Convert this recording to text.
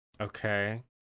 Okay